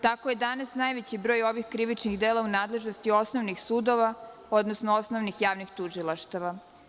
Tako je danas najveći broj ovih krivičnih dela u nadležnosti osnovnih sudova, odnosno osnovnih javnih tužilaštava.